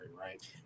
right